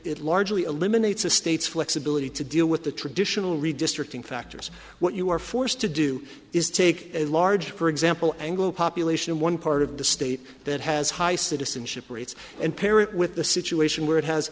it largely eliminates a state's flexibility to deal with the traditional redistricting factors what you are forced to do is take a large for example anglo population in one part of the state that has high citizenship rates and parent with the situation where it has